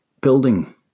building